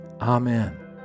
amen